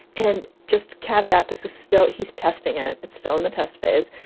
and just caveat, this is still he's testing it. it's still in the test phase.